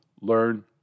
learn